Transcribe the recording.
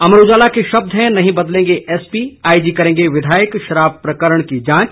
अमर उजाला के शब्द हैं नहीं बदलेंगे एसपी आईजी करेंगे विधायक शराब प्रकरण की जांच